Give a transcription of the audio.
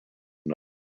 now